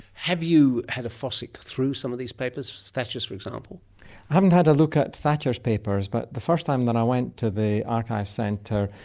have you had a fossick through some of these papers? thatcher's, for example? i haven't had a look at thatcher's papers, but the first time that i went to the archive centre,